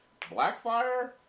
blackfire